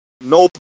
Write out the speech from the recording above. Nope